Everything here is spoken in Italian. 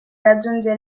raggiunge